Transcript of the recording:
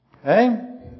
Okay